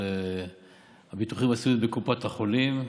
של הביטוחים הסיעודיים בקופת החולים,